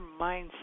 mindset